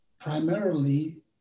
primarily